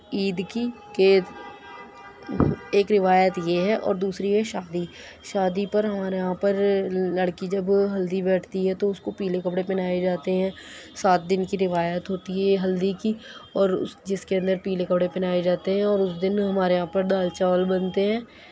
عید کی کے ایک روایت یہ ہے اور دوسری ہے شادی شادی پر ہمارے یہاں پر لڑکی جب ہلدی بیٹھتی ہے تو اُس کو پیلے کپڑے پہنائے جاتے ہیں سات دِن کی روایت ہوتی ہے ہلدی کی اور اُس جس کے اندر پیلے کپڑے پہنائے جاتے ہیں اور اُس دِن ہمارے یہاں پر دال چاول بنتے ہیں